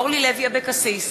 אורלי לוי אבקסיס,